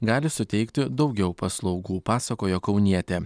gali suteikti daugiau paslaugų pasakojo kaunietė